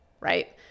Right